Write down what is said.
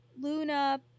Luna